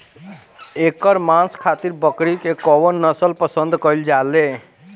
एकर मांस खातिर बकरी के कौन नस्ल पसंद कईल जाले?